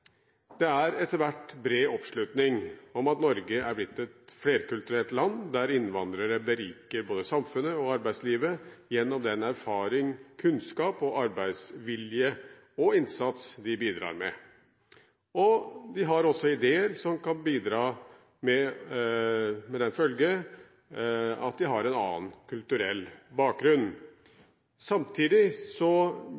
Det er etter hvert bred oppslutning om at Norge er blitt et flerkulturelt land, der innvandrere beriker både samfunnet og arbeidslivet gjennom den erfaring, kunnskap, arbeidsvilje og innsats de bidrar med. De har også ideer som kan bidra som følge av at de har en annen kulturelle bakgrunn.